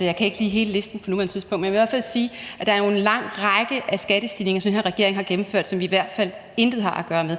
jeg kan ikke hele listen på nuværende tidspunkt. Men i hvert fald vil jeg sige, at der jo er en lang række af skattestigninger, som den her regering har gennemført, og som vi i hvert fald intet har at gøre med.